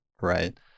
Right